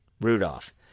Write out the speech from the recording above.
Rudolph